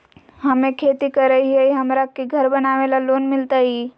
हमे खेती करई हियई, हमरा के घर बनावे ल लोन मिलतई?